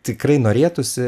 tikrai norėtųsi